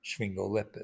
sphingolipids